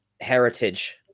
heritage